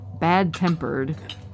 bad-tempered